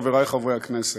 חברי חברי הכנסת,